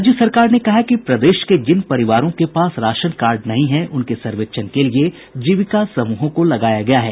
राज्य सरकार ने कहा है कि प्रदेश के जिन परिवारों के पास राशन कार्ड नहीं है उनके सर्वेक्षण के लिये जीविका समूहों को लगाया गया है